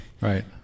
Right